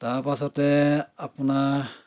তাৰ পাছতে আপোনাৰ